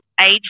age